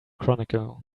chronicle